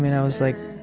mean, i was, like,